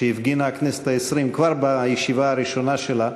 שהפגינה הכנסת העשרים, כבר בישיבה הראשונה שלה,